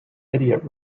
idiot